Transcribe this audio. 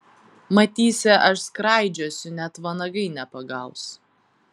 matysi aš skraidžiosiu net vanagai nepagaus